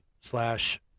slash